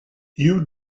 you